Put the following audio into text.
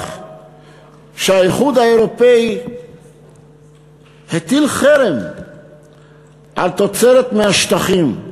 לכך שהאיחוד האירופי הטיל חרם על תוצרת מהשטחים.